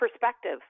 perspective